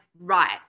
right